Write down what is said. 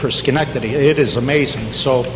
for schenectady it is amazing so